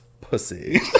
pussy